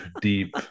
deep